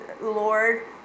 Lord